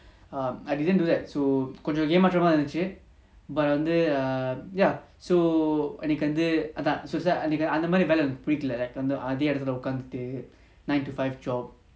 err I didn't do that so கொஞ்சம்ஏமாற்றமாஇருந்துச்சு:konjam emtrama irunthuchu but வந்து:vandhu ya so அந்தமாதிரிவேலஎனக்குபிடிக்கலஅதேஇடத்துலஉக்காந்துட்டு:andha madhiri vela enaku pidikala adhe idathula ukkanthutu nine to five job